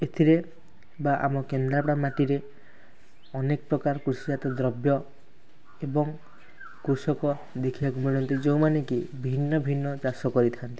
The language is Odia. ଏଥିରେ ବା ଆମ କେନ୍ଦ୍ରାପଡ଼ା ମାଟିରେ ଅନେକ ପ୍ରକାର କୃଷିଜାତ ଦ୍ରବ୍ୟ ଏବଂ କୃଷକ ଦେଖିବାକୁ ମିଳନ୍ତି ଯେଉଁମାନେ କି ଭିନ୍ନ ଭିନ୍ନ ଚାଷ କରିଥାନ୍ତି